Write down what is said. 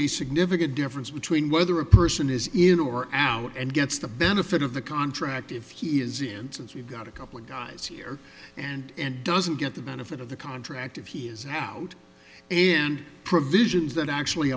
a significant difference between whether a person is in or out and gets the benefit of the contract if he is in essence we've got a couple of guys here and and doesn't get the benefit of the contract if he is out and provisions that actually